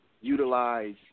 utilize